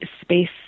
space